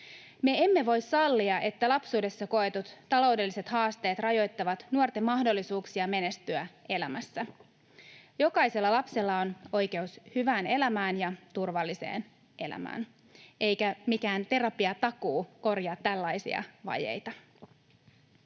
Me emme voi sallia, että lapsuudessa koetut taloudelliset haasteet rajoittavat nuorten mahdollisuuksia menestyä elämässä. Jokaisella lapsella on oikeus hyvään ja turvalliseen elämään, eikä mikään terapiatakuu korjaa tällaisia vajeita.